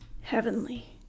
Heavenly